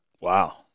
wow